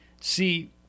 see